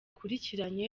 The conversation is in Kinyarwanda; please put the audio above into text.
bakurikiranye